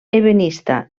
ebenista